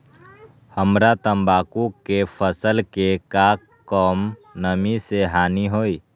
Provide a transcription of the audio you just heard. हमरा तंबाकू के फसल के का कम नमी से हानि होई?